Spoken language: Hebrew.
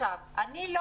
אני לא